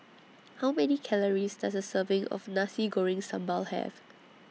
How Many Calories Does A Serving of Nasi Goreng Sambal Have